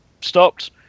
stopped